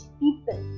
people